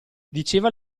diceva